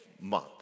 month